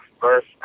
first